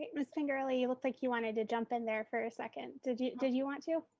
but miss pingerelli you looked like you wanted to jump in there for a second. did you did you want to?